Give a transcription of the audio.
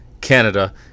Canada